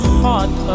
heart